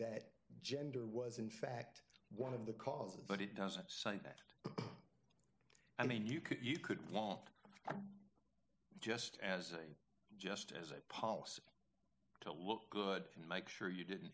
that gender was in fact one of the cause of but it doesn't sound that i mean you could you could want just as a just as a policy to look good and make sure you didn't